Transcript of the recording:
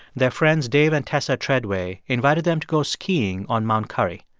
their friends dave and tessa treadway invited them to go skiing on mount currie.